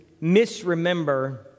misremember